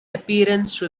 appearance